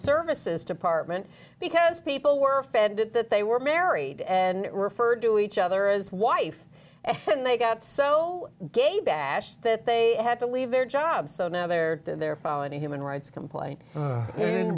services department because people were offended that they were married and referred to each other as wife and they got so gay bash that they had to leave their jobs so now they're they're following a human rights complaint in